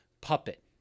puppet